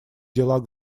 дела